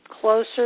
closer